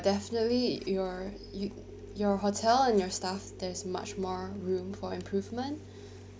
definitely your you your hotel and your staff there's much more room for improvement